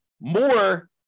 more